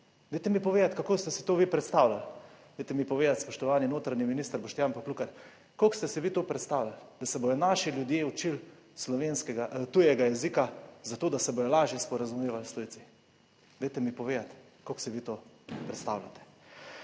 Dajte mi povedati, kako ste si to vi predstavljali? Dajte mi povedati, spoštovani notranji minister Boštjan Poklukar, kako ste si vi to predstavljali? Da se bodo naši ljudje učili slovenskega tujega jezika za to, da se bodo lažje sporazumevali s tujci? Dajte mi povedati, kako si vi to predstavljate?